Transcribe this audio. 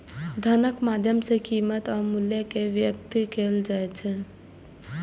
धनक माध्यम सं कीमत आ मूल्य कें व्यक्त कैल जाइ छै